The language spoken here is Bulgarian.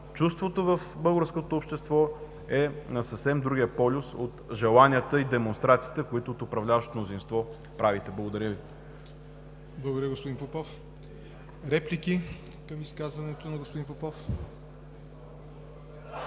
чувството в българското общество е на съвсем другия полюс от желанията и демонстрациите, които правите от управляващото мнозинство. Благодаря Ви.